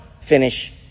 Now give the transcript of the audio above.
finish